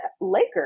Lakers